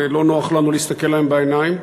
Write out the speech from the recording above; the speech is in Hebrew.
ולא נוח לנו להסתכל להם בעיניים.